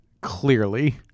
Clearly